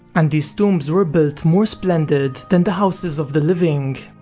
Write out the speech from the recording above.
and these tombs were built more splendid than the houses of the living.